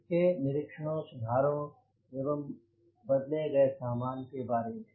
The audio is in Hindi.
इसके निरीक्षणों सुधारों एवं बदले गए सामान के बारे में